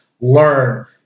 learn